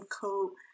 coat